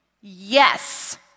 Yes